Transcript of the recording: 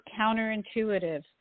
counterintuitive